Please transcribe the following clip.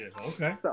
Okay